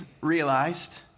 realized